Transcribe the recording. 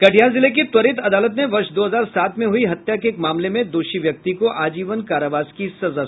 कटिहार जिले की त्वरित अदालत ने वर्ष दो हजार सात में हुई हत्या के एक मामले में दोषी व्यक्ति को आजीवन कारावास की सजा सुनायी है